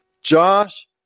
Josh